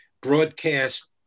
broadcast